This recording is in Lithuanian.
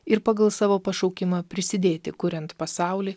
ir pagal savo pašaukimą prisidėti kuriant pasaulį